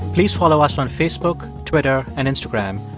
please follow us on facebook, twitter and instagram.